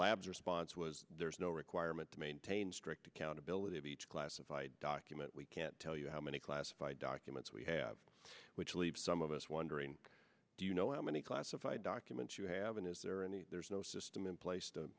labs response was there's no requirement to maintain strict accountability of each classified document we can't tell you how many classified documents we have which leaves some of us wondering do you know how many classified documents you have and is there any there's no system in place to